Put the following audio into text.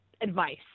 advice